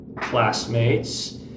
classmates